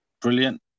Brilliant